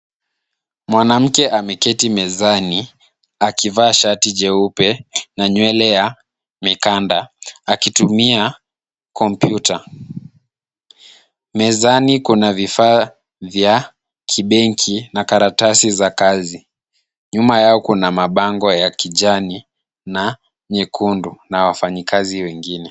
Mwanamke ameketi mezani akivaa shati jeupe na nywele amekanda akitumia kompyuta. Mezani kuna vifaa vya kibenki na karatasi za kazi, nyuma yao kuna mabango ya kijani na nyekundu na wafanyikazi wengine.